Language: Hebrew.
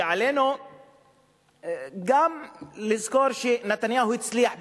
שעלינו גם לזכור שנתניהו הצליח במשהו.